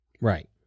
Right